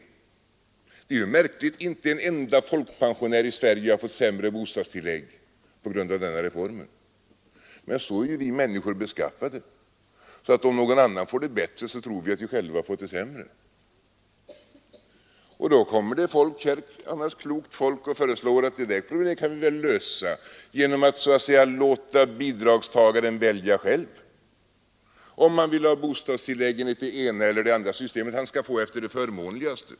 Det är märkligt, säger man, att inte en enda folkpensionär i Sverige har fått sämre bostadstillägg på grund av den här reformen. Men så är vi människor beskaffade: om någon annan får det bättre tror vi att vi själva fått det sämre. Då kommer folk — annars kloka människor — och föreslår en lösning genom att så att säga låta bidragstagaren välja själv om han vill ha bostadstillägget enligt det ena eller andra systemet; han skall få efter det förmånligaste.